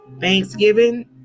thanksgiving